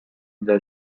بیدار